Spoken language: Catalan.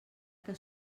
que